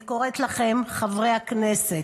אני קוראת לכם, חבריי הכנסת,